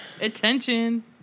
Attention